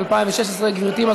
חשבתי,